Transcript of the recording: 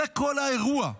זה כל האירוע.